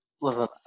listen